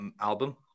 album